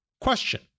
Question